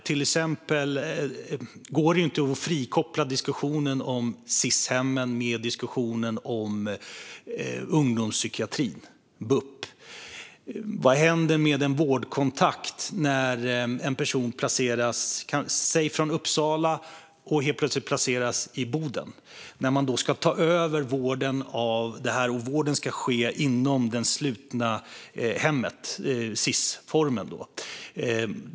Till exempel går det inte att frikoppla diskussionen om Sis-hemmen från diskussionen om ungdomspsykiatrin, bup. Vad händer med en vårdkontakt när en person från till exempel Uppsala plötsligt placeras i Boden, när man ska ta över vården och vården ska ske inom den slutna formen av Sis-hem?